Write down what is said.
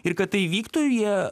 ir kad tai įvyktų jie